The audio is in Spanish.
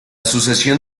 sucesión